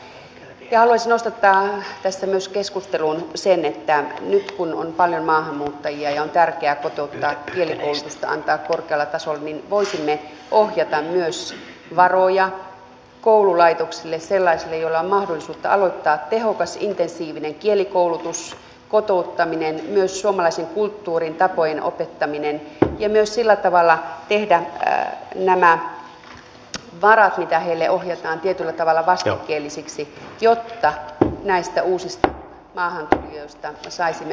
haluaisin nostattaa tässä myös keskusteluun sen että nyt kun on paljon maahanmuuttajia ja on tärkeää kotouttaa ja antaa kielikoulutusta korkealla tasolla niin voisimme ohjata myös varoja koululaitoksille sellaisille joilla on mahdollisuutta aloittaa tehokas intensiivinen kielikoulutus ja kotouttaminen ja myös suomalaisen kulttuurin tapojen opettaminen ja myös sillä tavalla tehdä nämä varat mitä heille ohjataan tietyllä tavalla vastikkeellisiksi jotta näistä uusista maahantulijoista saisimme mahdollisimman nopeasti